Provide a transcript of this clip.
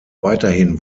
weiterhin